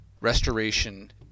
restoration